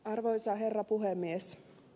arvoisa herra puhemies